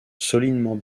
solidement